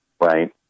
right